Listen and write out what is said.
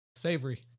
Savory